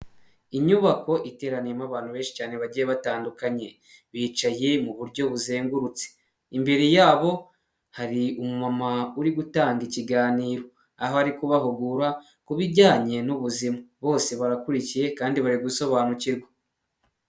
Inyubako iteraniyemo abantu benshi cyane bagiye batandukanye. Bicaye mu buryo buzengurutse. Imbere yabo hari umumama uri gutanga ikiganiro. Aho ari kubahugura ku bijyanye n'ubuzima. Bose barakurikiye, kandi bari gusobanukirwa.